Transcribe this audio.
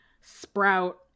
Sprout